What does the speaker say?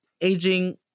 aging